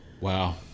Wow